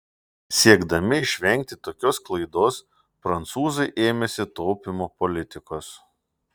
siekdami išvengti tokios klaidos prancūzai ėmėsi taupymo politikos